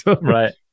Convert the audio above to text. Right